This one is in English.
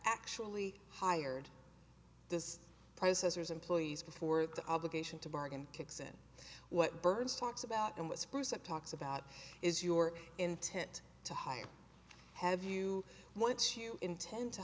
actually hired this processors employees before the obligation to bargain kicks in what birds talks about in whispers that talks about is your intent to hire have you once you intend to